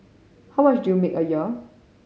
how much do you make a year